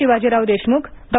Shivajirao Deshmukh Dr